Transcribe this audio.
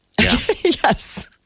Yes